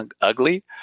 ugly